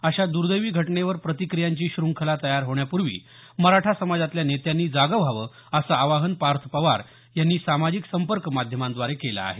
अशा दुर्दैवी घटनेवर प्रतिक्रियांची श्रंखला तयार होण्यापूर्वी मराठा समाजातल्या नेत्यांनी जागं व्हावं असं आवाहन पार्थ पवार यांनी सामाजिक संपर्क माध्यमाद्वारे केलं आहे